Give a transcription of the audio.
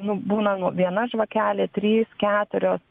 nu būna nu viena žvakelė trys keturios